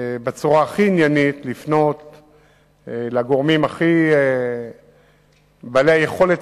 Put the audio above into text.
לפנות בצורה הכי עניינית לגורמים בעלי היכולת